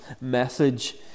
message